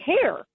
care